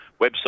website